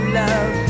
love